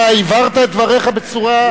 אתה הבהרת את דבריך בצורה,